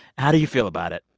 how do you feel about it?